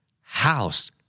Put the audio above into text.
house